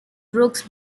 brooks